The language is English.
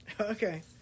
Okay